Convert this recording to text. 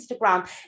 Instagram